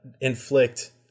inflict